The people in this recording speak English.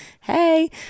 hey